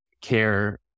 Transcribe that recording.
care